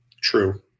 True